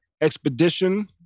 Expedition